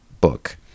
book